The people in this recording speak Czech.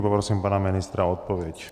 Poprosím pana ministra o odpověď.